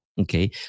Okay